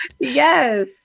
yes